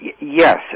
Yes